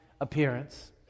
appearance